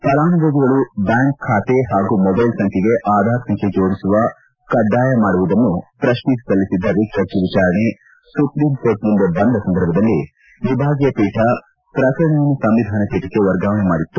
ಫಲಾನುಭವಿಗಳು ಬ್ಯಾಂಕ್ ಖಾತೆ ಹಾಗೂ ಮೊಬೈಲ್ ಸಂಖ್ಯೆಗೆ ಆಧಾರ್ ಸಂಖ್ಯೆ ಜೋಡಣೆ ಕಡ್ಡಾಯ ಮಾಡಿರುವುದನ್ನು ಪ್ರಶ್ನಿಸಿ ಸಲ್ಲಿಸಿದ್ದ ರಿಟ್ ಅರ್ಜಿ ವಿಚಾರಣೆ ಸುಪ್ರೀಂ ಕೋರ್ಟ್ ಮುಂದೆ ಬಂದ ಸಂದರ್ಭದಲ್ಲಿ ವಿಭಾಗೀಯ ಪೀಠ ಪ್ರಕರಣವನ್ನು ಸಂವಿಧಾನ ಪೀಠಕ್ಕೆ ವರ್ಗಾವಣೆ ಮಾದಿತ್ತು